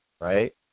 right